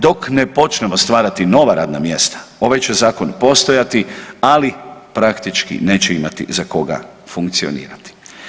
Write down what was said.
Dok ne počnemo stvarati nova radna mjesta ovaj će zakon postojati, ali praktički neće imati za koga funkcionirati.